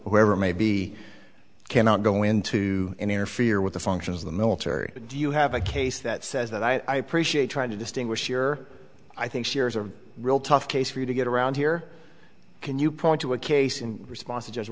whoever it may be cannot go into interfere with the functions of the military do you have a case that says that i appreciate trying to distinguish here i think shares are real tough case for you to get around here can you point to a case in response to just